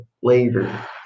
flavor